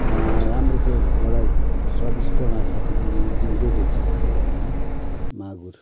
राम्रो चाहिँ एउटा स्वादिष्ट माछा चाहिँ जिउँदै बेच्छ बजारमा मागुर